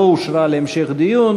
לא אושרה להמשך דיון.